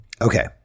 Okay